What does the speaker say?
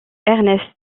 ernest